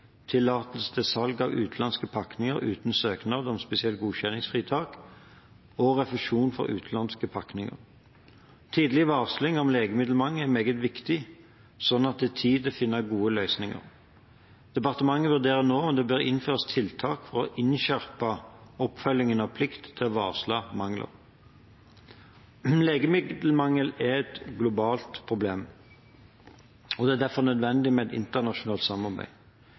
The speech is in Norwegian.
tillatelse til salg av utenlandske pakninger uten søknad om spesielt godkjenningsfritak og refusjon for utenlandske pakninger. Tidlig varsling om legemiddelmangel er meget viktig, slik at det er tid til å finne gode løsninger. Departementet vurderer nå om det bør innføres tiltak for å innskjerpe oppfølgingen av plikten til å varsle mangler. Legemiddelmangel er et globalt problem, og det er derfor nødvendig med et internasjonalt samarbeid.